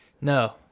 No